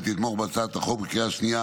ותתמוך בהצעת החוק בקריאה השנייה